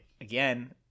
again